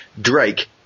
Drake